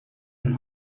and